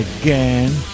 again